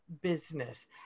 business